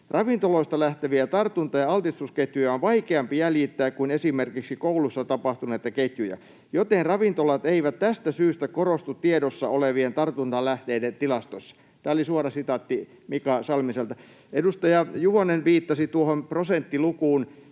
Ravintoloista lähteviä tartunta- ja altistusketjuja on vaikeampi jäljittää kuin esimerkiksi koulussa tapahtuneita ketjuja, joten ravintolat eivät tästä syystä korostu tiedossa olevien tartuntalähteiden tilastoissa.” Tämä oli suora sitaatti Mika Salmiselta. Edustaja Juvonen viittasi tuohon prosenttilukuun.